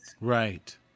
Right